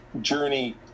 journey